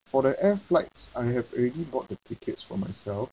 for the air flights I have already bought the tickets for myself